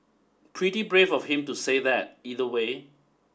pretty brave of him to say that either way